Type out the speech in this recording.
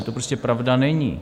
To prostě pravda není.